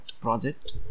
project